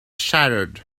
shattered